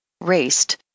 raced